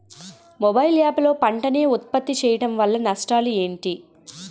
Mobile app లో పంట నే ఉప్పత్తి చేయడం వల్ల నష్టాలు ఏంటి?